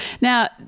now